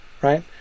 Right